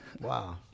Wow